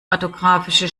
orthografische